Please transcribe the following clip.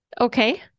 Okay